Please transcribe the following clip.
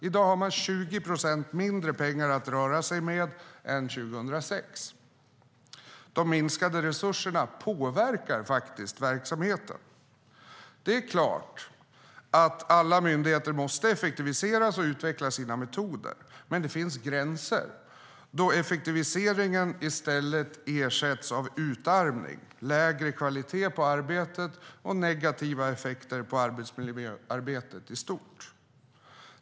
I dag har man 20 procent mindre pengar att röra sig med än 2006. De minskade resurserna påverkar faktiskt verksamheten. Det är klart att alla myndigheter måste effektiveras och att de måste utveckla sina metoder. Men det finns en gräns då effektiviseringen i stället ersätts av utarmning, lägre kvalitet på arbetet och negativa effekter på arbetsmiljöarbetet i stort.